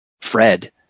Fred